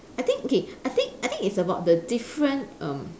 I think okay I think I think it's about the different erm